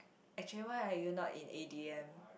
actually why are you not in A_D_M